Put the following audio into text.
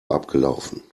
abgelaufen